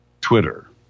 Twitter